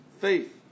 faith